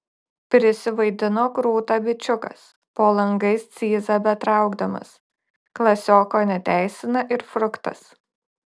prisivaidino krūtą bičiukas po langais cyzą betraukdamas klasioko neteisina ir fruktas